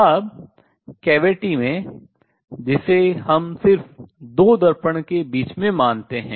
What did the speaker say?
अब cavity गुहा में जिसे हम सिर्फ दो दर्पण के बीच में मानते हैं